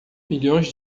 milhões